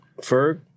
Ferg